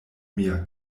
mia